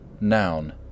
noun